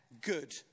good